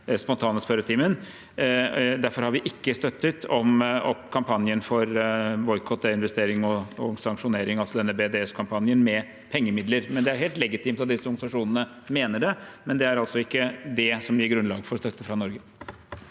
Derfor har vi ikke støttet kampanjen for boikott, desinvestering og sanksjonering, altså denne BDSkampanjen, med pengemidler. Det er helt legitimt at disse organisasjonene mener det, men det er altså ikke det som gir grunnlag for støtte fra Norge.